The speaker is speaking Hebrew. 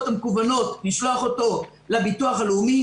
המקוונות לשלוח אותו לביטוח הלאומי.